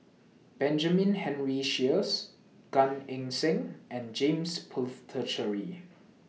Benjamin Henry Sheares Gan Eng Seng and James Puthucheary